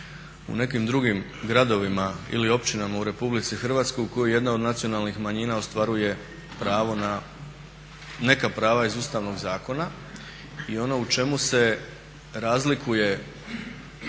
u nekim drugim gradovima ili općinama u RH u kojoj jedna od nacionalnih manjina ostvaruje pravo na neka prava iz Ustavnog zakona i ono u čemu se razlikuje,